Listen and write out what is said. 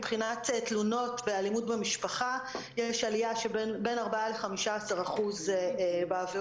מבחינת תלונות באלימות במשפחה יש עלייה של בין 4% ל-15% בעבירות,